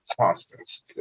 constants